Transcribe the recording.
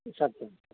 सत्यम्